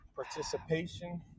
Participation